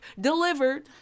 delivered